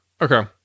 Okay